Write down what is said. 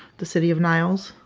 the city of niles.